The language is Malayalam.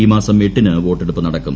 ഈ മാസം എട്ടിന് വോട്ടെടുപ്പ് നടക്കും